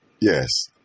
Yes